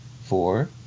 four